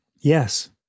yes